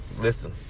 Listen